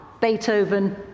Beethoven